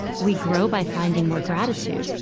we grow by finding more gratitude,